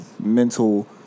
mental